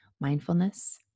mindfulness